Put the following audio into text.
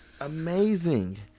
Amazing